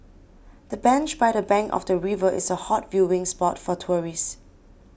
the bench by the bank of the river is a hot viewing spot for tourists